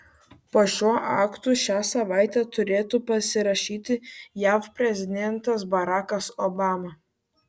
po šiuo aktu šią savaitę turėtų pasirašyti jav prezidentas barakas obama